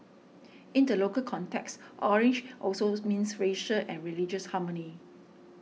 in the local context orange also means racial and religious harmony